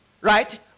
right